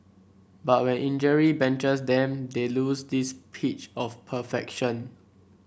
but when injury benches them they lose this pitch of perfection